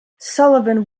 sullivan